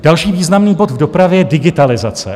Další významný bod v dopravě je digitalizace.